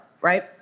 right